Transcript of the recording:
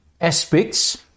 aspects